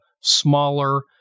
smaller